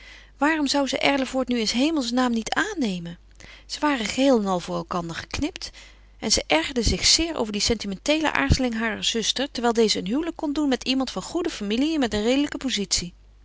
waarom zou ze erlevoort nu in s hemels naam niet aannemen zij waren geheel en al voor elkander geknipt en ze ergerde zich zeer over die sentimenteele aarzeling harer zuster terwijl deze een huwelijk kon doen met iemand van goede familie met een redelijke pozitie